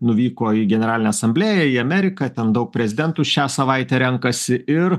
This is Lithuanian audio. nuvyko į generalinę asamblėją į ameriką ten daug prezidentų šią savaitę renkasi ir